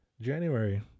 January